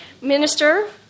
Minister